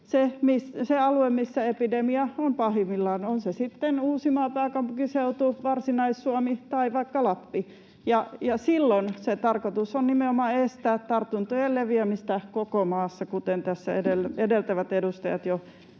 se alue, missä epidemia on pahimmillaan, on se sitten Uusimaa, pääkaupunkiseutu, Varsinais-Suomi tai vaikka Lappi. Silloin tarkoitus on nimenomaan estää tartuntojen leviämistä koko maassa, kuten tässä edeltävät edustajat jo hyvin